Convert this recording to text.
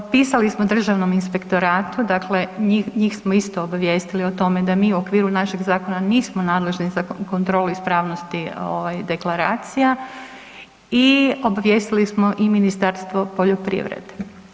Pisali smo Državnom inspektoratu, dakle njih smo isto obavijestili o tome da mi u okviru našeg zakona nismo nadležni za kontrolu i ispravnosti deklaracija i obavijestili smo i Ministarstvo poljoprivrede.